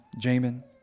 Jamin